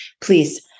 please